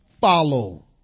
follow